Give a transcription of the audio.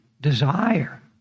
desire